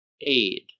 aid